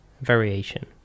Variation